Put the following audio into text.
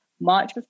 March